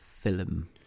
film